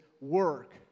work